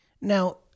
Now